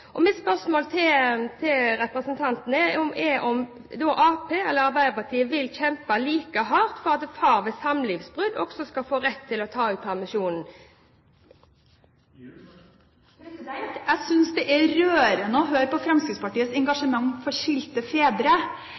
far. Mitt spørsmål til representanten er om Arbeiderpartiet vil kjempe like hardt for at far ved samlivsbrudd også skal få rett til å ta ut permisjon. Jeg syns det er rørende å høre på Fremskrittspartiets engasjement for skilte fedre